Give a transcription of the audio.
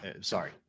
Sorry